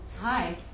Hi